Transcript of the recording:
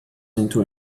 into